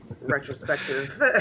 retrospective